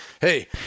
hey